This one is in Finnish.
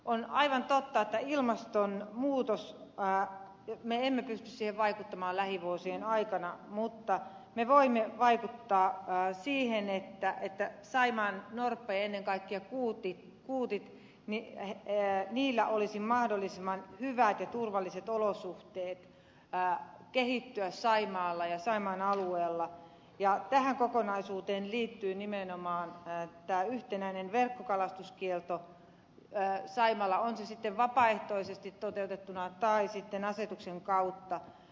on aivan totta että ilmastonmuutokseen me emme pysty vaikuttamaan lähivuosien aikana mutta me voimme vaikuttaa siihen että saimaannorpilla ja ennen kaikkea kuuteilla olisi mahdollisimman hyvät ja turvalliset olosuhteet kehittyä saimaalla ja saimaan alueella ja tähän kokonaisuuteen liittyy nimenomaan tämä yhtenäinen verkkokalastuskielto saimaalla on se sitten vapaaehtoisesti toteutettuna tai sitten asetuksen kautta